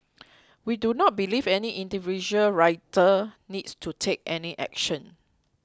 we do not believe any individual rider needs to take any action